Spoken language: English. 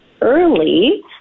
early